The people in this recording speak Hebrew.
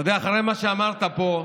אתה יודע, אחרי מה שאמרת פה,